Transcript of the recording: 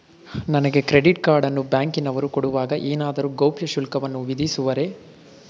ನನಗೆ credit card ಅನ್ನು ಬ್ಯಾಂಕಿನವರು ಕೊಡುವಾಗ ಏನಾದರೂ ಗೌಪ್ಯ ಶುಲ್ಕವನ್ನು ವಿಧಿಸುವರೇ?